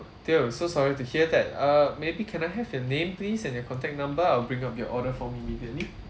dear I'm so sorry to hear that uh maybe can I have your name please and your contact number I'll bring up your order form immediately